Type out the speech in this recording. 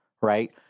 Right